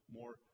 more